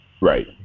Right